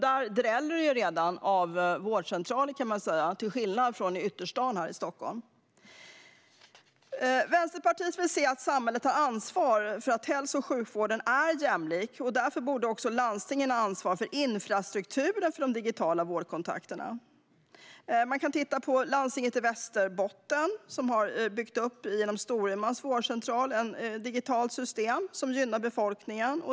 Där dräller det redan av vårdcentraler till skillnad mot i ytterstadsdelarna här i Stockholm. Vänsterpartiet vill se att samhället tar ansvar för att hälso och sjukvården är jämlik. Därför borde landstingen ha ansvar för infrastrukturen för de digitala vårdkontakterna. Man kan titta på landstinget i Västerbotten. Det har genom Storumans vårdcentral byggt upp ett digitalt system som gynnar befolkningen.